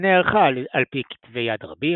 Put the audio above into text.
היא נערכה ע"פ כתבי יד רבים,